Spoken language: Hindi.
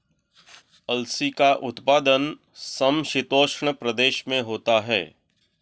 अलसी का उत्पादन समशीतोष्ण प्रदेश में होता है